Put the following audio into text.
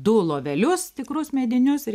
du lovelius tikrus medinius ir